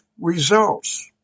results